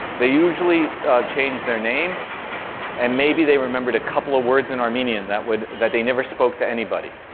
they usually changed their name and maybe they remembered a couple of words in armenian that would that they never spoke to anybody.